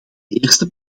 eerste